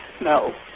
No